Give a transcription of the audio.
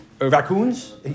raccoons